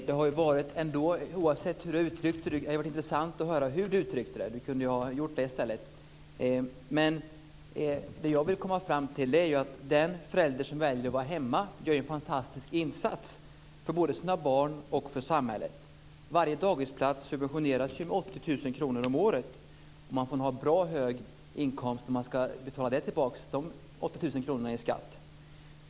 Herr talman! Det vore intressant att höra hur Bosse Ringholm uttryckte sig. Han kunde väl ha talat om det i stället. Den förälder som väljer att vara hemma gör ju en fantastisk insats både för sina barn och för samhället. Varje dagisplats subventioneras ju med 80 000 kr om året, och man måste nog ha en bra hög inkomst om man ska kunna betala tillbaka de 80 000 kronorna i skatt.